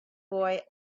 boy